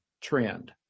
trend